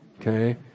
Okay